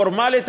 פורמלית,